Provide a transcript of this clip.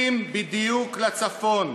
בבקשה, אדוני.